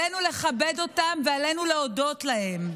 עלינו לכבד אותם ועלינו להודות להם.